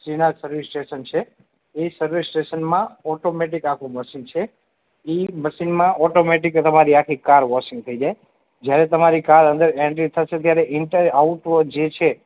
Shrinath service station છે એ service સ્ટેશનમાં ઓટોમેટિક આખું મશિન છે એ મશિનમાં ઓટોમેટિક તમારી આખી કાર વોશિંગ થઇ જાય જયારે તમારી કાર અંદર એન્ટ્રી થશે ત્યારે ઇનસાઇડ આઉટર જે છે